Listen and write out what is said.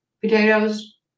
potatoes